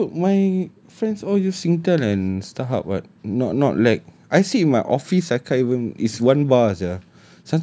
ya at work my friends all use singtel and starhub what not not like I sit in my office I can't even one bar sia